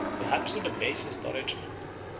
perhaps of the basest origin,